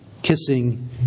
kissing